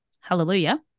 hallelujah